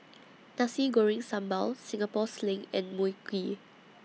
Nasi Goreng Sambal Singapore Sling and Mui Kee